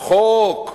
חוק?